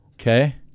Okay